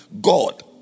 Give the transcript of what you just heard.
God